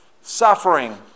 suffering